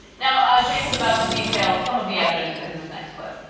now, jake is about to detail some of the evidence in this next clip.